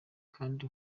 kandi